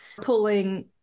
pulling